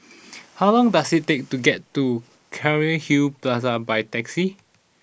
how long does it take to get to Cairnhill Plaza by taxi